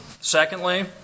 Secondly